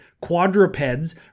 quadrupeds